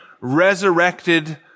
resurrected